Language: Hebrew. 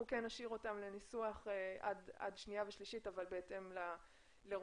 אנחנו כן נשאיר אותם לניסוח עד קריאה שנייה ושלישית אבל בהתאם לרוח